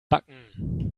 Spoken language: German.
backen